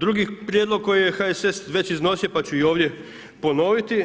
Drugi prijedlog koji je HSS već iznosio pa ću i ovdje ponoviti,